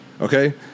okay